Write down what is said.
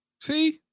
See